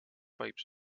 pipes